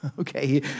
okay